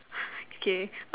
okay